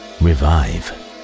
Revive